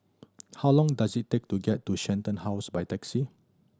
how long does it take to get to Shenton House by taxi